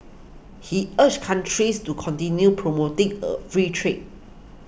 he urged countries to continue promoting a free trade